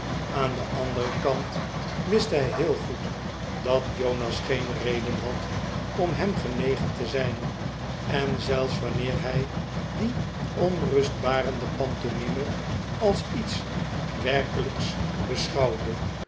aan den anderen kant wist hij heel goed dat jonas geen reden had om hem genegen te zijn en zelfs wanneer hij die onrustbarende pantomime als iets werkelijks beschouwde